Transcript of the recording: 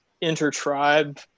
inter-tribe